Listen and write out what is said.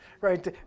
right